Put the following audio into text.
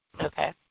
Okay